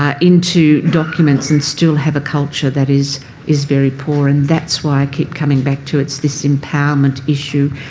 ah into documents and still have a culture that is is very poor. and that's why i keep coming back to it's this empowerment issue,